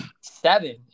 Seven